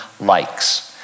likes